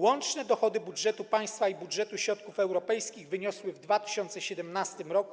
Łączne dochody budżetu państwa i budżetu środków europejskich wyniosły w 2017 r.